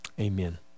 amen